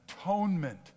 atonement